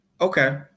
Okay